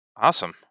Awesome